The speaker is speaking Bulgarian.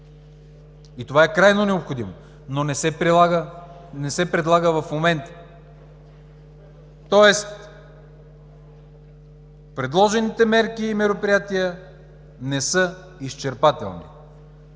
Това е крайно необходимо, но не се предлага в момента, тоест предложените мерки и мероприятия не са изчерпателни.